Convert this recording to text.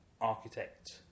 architect